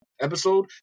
episode